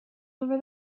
over